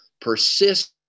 persist